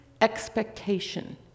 expectation